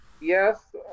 yes